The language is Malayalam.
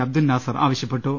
അബ്ദുൽ നാസർ ആവശ്യപ്പെട്ടു